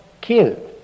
kill